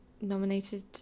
nominated